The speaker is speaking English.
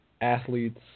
athletes